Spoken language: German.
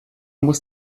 muss